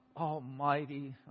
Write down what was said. almighty